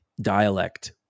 dialect